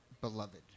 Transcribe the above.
beloved